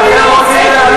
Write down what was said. איזה איום?